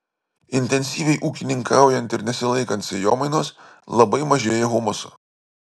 intensyviai ūkininkaujant ir nesilaikant sėjomainos labai mažėja humuso